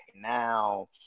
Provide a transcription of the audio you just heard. Now